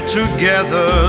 together